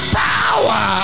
power